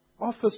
office